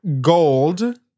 Gold